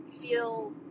feel